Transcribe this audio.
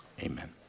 Amen